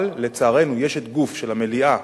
אבל לצערנו יש הגוף של המליאה,